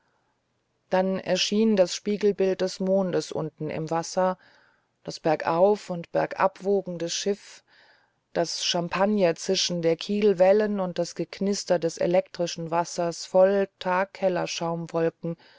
dann erschien das spiegelbild des mondes unten im wasser das bergauf und bergab wogende schiff das champagnerzischen der kielwellen und das geknister des elektrischen wassers voll